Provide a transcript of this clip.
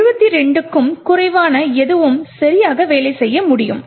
72 க்கும் குறைவான எதுவும் சரியாக வேலை செய்ய முடியும்